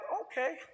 okay